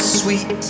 sweet